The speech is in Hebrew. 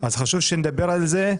חשוב שנדבר על זה.